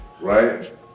Right